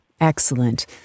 Excellent